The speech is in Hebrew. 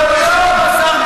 מעולם.